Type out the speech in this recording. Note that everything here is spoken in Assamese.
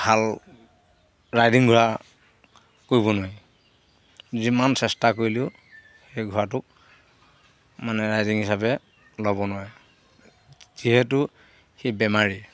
ভাল ৰাইডিং ঘোঁৰা কৰিব নোৱাৰি যিমান চেষ্টা কৰিলেও সেই ঘোঁৰাটোক মানে ৰাইডিং হিচাপে ল'ব নোৱাৰে যিহেতু সি বেমাৰী